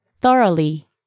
Thoroughly